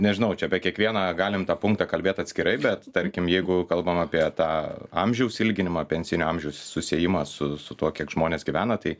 nežinau čia apie kiekvieną galim tą punktą kalbėt atskirai bet tarkim jeigu kalbam apie tą amžiaus ilginimą pensinio amžiaus susiejimą su su tuo kiek žmonės gyvena tai